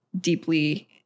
deeply